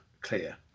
clear